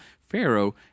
Pharaoh